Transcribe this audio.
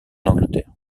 angleterre